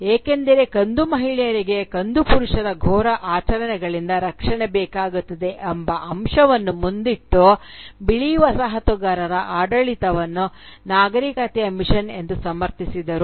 ಏಕೆಂದರೆ ಕಂದು ಮಹಿಳೆಯರಿಗೆ ಕಂದು ಪುರುಷರ ಘೋರ ಆಚರಣೆಗಳಿಂದ ರಕ್ಷಣೆ ಬೇಕಾಗುತ್ತದೆ ಎಂಬ ಅಂಶವನ್ನು ಮುಂದಿಟ್ಟು ಬಿಳಿ ವಸಾಹತುಗಾರರ ಆಡಳಿತವನ್ನು ನಾಗರಿಕತೆಯ ಮಿಷನ್ ಎಂದು ಸಮರ್ಥಿಸಿದರು